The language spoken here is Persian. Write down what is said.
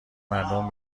مردم